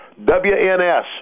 WNS